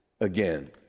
again